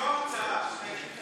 זאת לא הצעה.